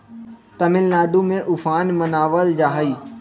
तमिलनाडु में उफान मनावल जाहई